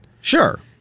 Sure